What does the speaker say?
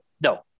no